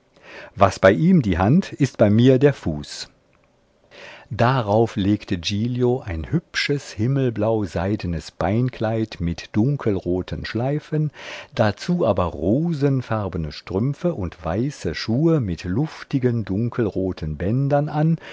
was bei ihm die hand ist bei mir der fuß darauf legte giglio ein hübsches himmelblau seidnes beinkleid mit dunkelroten schleifen dazu aber rosenfarbne strümpfe und weiße schuhe mit luftigen dunkelroten bändern an